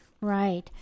Right